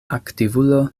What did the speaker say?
aktivulo